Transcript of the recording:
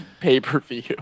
Pay-per-view